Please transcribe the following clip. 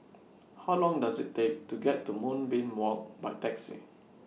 How Long Does IT Take to get to Moonbeam Walk By Taxi